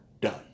done